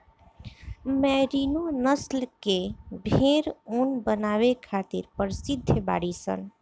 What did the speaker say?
merino नस्ल के भेड़ ऊन बनावे खातिर प्रसिद्ध बाड़ीसन